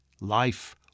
life